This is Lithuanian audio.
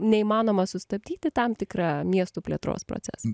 neįmanomą sustabdyti tam tikrą miestų plėtros procesą